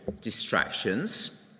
distractions